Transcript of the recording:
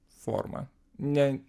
formą ne